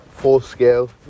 full-scale